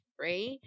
right